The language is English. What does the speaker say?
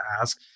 ask